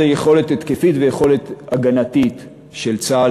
זו יכולת התקפית ויכולת הגנתית של צה"ל,